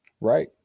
Right